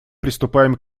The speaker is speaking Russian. приступаем